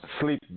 sleep